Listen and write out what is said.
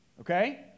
Okay